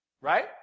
right